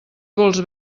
vols